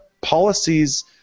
policies